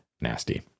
Nasty